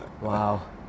Wow